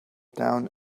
down